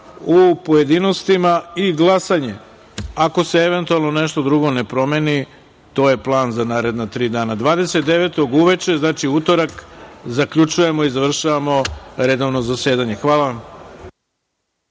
u pojedinostima i glasanje, ako se eventualno nešto drugo ne promeni, to je plan za naredna tri dana. Dvadeset devetog uveče, znači u utorak, zaključujemo i završavamo redovno zasedanje. Hvala vam.